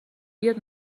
بیاد